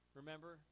remember